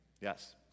Yes